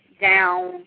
down